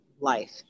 life